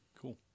cool